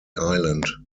island